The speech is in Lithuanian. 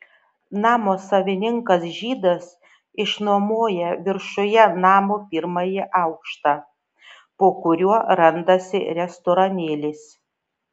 namo savininkas žydas išnuomoja viršuje namo pirmąjį aukštą po kuriuo randasi restoranėlis